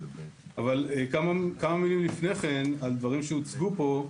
אבל כמה מילים לפני כן על דברים שהוצגו פה,